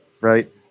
right